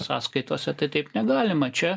sąskaitose tai taip negalima čia